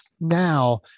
now